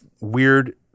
weird